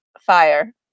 fire